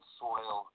soil